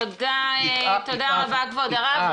תודה רבה, כבוד הרב.